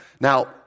Now